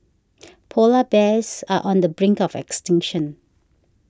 Polar Bears are on the brink of extinction